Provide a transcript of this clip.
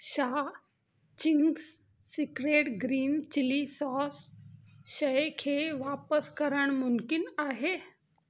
छा Ching's secret green chilli sauce शइ खे वापसि करणु मुमकिन आहे